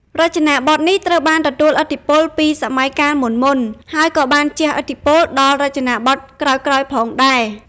រចនាបថនេះត្រូវបានទទួលឥទ្ធិពលពីសម័យកាលមុនៗ ហើយក៏បានជះឥទ្ធិពលដល់រចនាបថក្រោយៗផងដែរ។